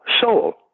soul